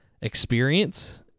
experience